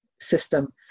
system